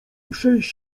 przejść